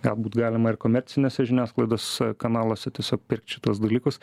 galbūt galima ir komerciniuose žiniasklaidos kanaluose tiesiog pirkt šituos dalykus